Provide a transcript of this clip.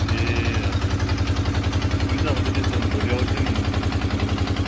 ए हजुर हजुर हुन्छ हुन्छ त्यसो भए म भोलि आउँछु नि हुन्छ नौ बजीतिर